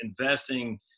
investing